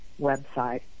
website